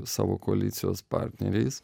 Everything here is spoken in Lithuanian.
savo koalicijos partneriais